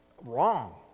wrong